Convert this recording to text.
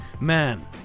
man